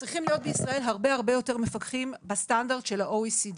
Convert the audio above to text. צריכים להיות בישראל הרבה הרבה יותר מפקחים בסטנדרט של ה-OECD.